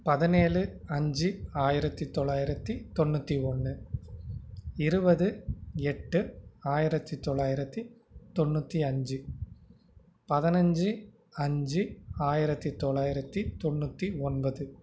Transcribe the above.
பதினேழு அஞ்சு ஆயிரத்தி தொள்ளாயிரத்தி தொண்ணூற்றி ஒன்று இருபது எட்டு ஆயிரத்தி தொள்ளாயிரத்தி தொண்ணூற்றி அஞ்சு பதனஞ்சு அஞ்சு ஆயிரத்தி தொள்ளாயிரத்தி தொண்ணூற்றி ஒன்பது